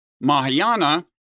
Mahayana